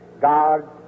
God